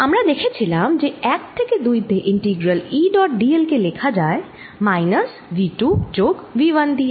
আমরা দেখেছিলাম যে 1থেকে 2 তে ইন্টিগ্রাল E ডট dl কে লেখা যায় মাইনাস V 2 যোগ V 1দিয়ে